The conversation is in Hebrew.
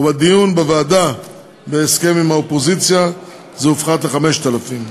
ובדיון בוועדה בהסכם עם האופוזיציה זה הופחת ל-5,000.